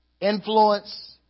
influence